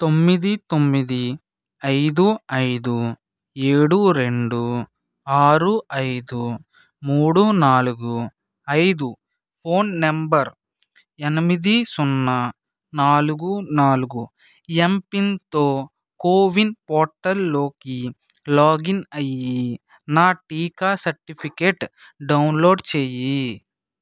తొమ్మిది తొమ్మిది ఐదు ఐదు ఏడు రెండు ఆరు ఐదు మూడు నాలుగు ఐదు ఫోన్ నంబర్ ఎనిమిది సున్నా నాలుగు నాలుగు ఎమ్పిన్తో కోవిన్ పోర్టల్లోకి లాగిన్ అయ్యి నా టీకా సర్టిఫికేట్ డౌన్లోడ్ చెయ్యి